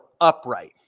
upright